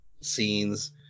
scenes